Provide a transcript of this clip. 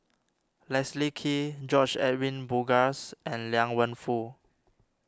Leslie Kee George Edwin Bogaars and Liang Wenfu